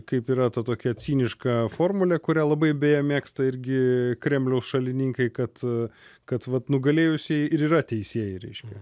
kaip yra ta tokia ciniška formulė kurią labai beje mėgsta irgi kremliaus šalininkai kad kad vat nugalėjusieji ir yra teisieji reiškia